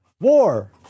War